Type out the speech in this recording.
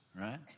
Right